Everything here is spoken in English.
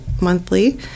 monthly